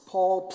Paul